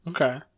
Okay